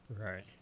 Right